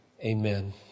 Amen